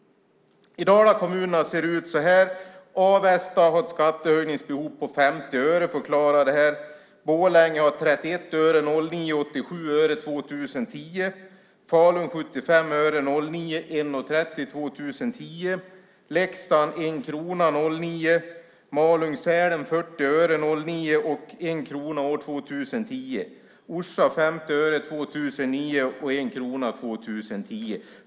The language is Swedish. I Dalakommunerna ser det ut så här: Avesta har ett skattehöjningsbehov på 50 öre för att klara det. Borlänge har 31 öre 2009 och 87 öre 2010, Falun 75 öre 2009 och 1:30 kronor 2010, Leksand 1 krona 2009, Malung-Sälen 40 öre 2009 och 1 krona 2010, Orsa 50 öre 2009 och 1 krona 2010.